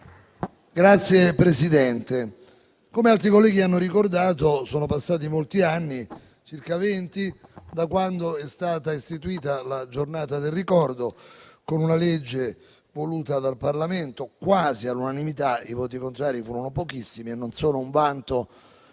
Signor Presidente, come molti colleghi hanno ricordato, sono passati molti anni, circa venti, da quando è stato istituito il Giorno del ricordo, con una legge voluta dal Parlamento quasi all'unanimità: i voti contrari furono pochissimi e non sono un vanto